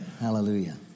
Hallelujah